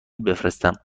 بفرستم